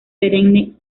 perenne